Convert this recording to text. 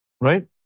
Right